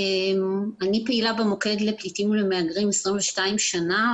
אני פעילה במוקד לפליטים ולמהגרים 22 שנה,